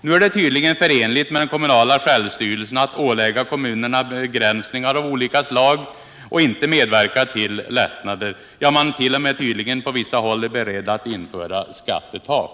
Nu är det tydligen förenligt med den kommunala självstyrelsen att ålägga kommunerna begränsningar av olika slag och inte medverka till lättnader. Man är på vissa håll t.o.m. beredd att införa ett skattetak.